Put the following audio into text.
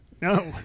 no